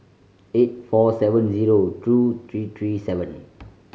eight four seven zero two three three seven